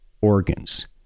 organs